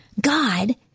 God